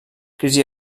crisi